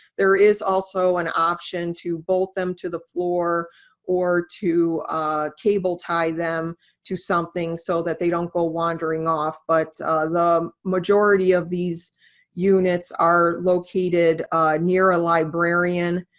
there is also an option to bolt them to the floor or to cable tie them to something so that they don't go wandering off. but the majority of these units are located near a librarian.